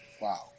Wow